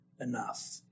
enough